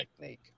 technique